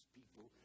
people